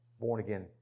born-again